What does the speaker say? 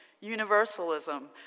universalism